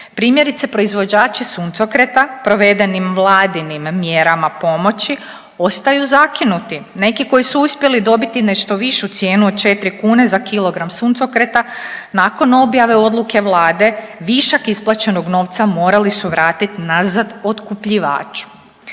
Primjerice, proizvođači suncokreta provedenim Vladinim mjerama pomoći ostaju zakinuti. Neki koji su uspjeli dobiti nešto višu cijenu od 4 kune za kilogram suncokreta, nakon objave odluke Vlade višak isplaćenog novca morali su vratiti nazad otkupljivaču.